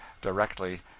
directly